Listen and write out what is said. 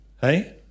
hey